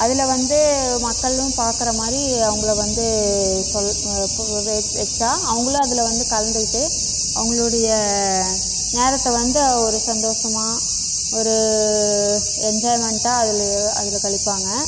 அதில் வந்து மக்களும் பார்க்குற மாதிரி அவங்களை வந்து சொல் வச்சா அவர்களும் அதில் வந்து கலந்துக்கிட்டு அவர்களுடைய நேரத்தை வந்து ஒரு சந்தோஷமாக ஒரு என்ஜாய்மெண்ட்டாக அதில் அதில் களிப்பாங்க